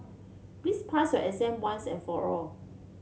please pass your exam once and for all